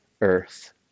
earth